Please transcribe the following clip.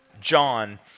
John